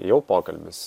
jau pokalbis